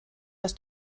dass